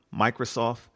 Microsoft